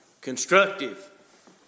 constructive